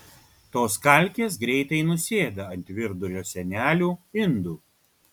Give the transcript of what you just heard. tos kalkės greitai nusėda ant virdulio sienelių indų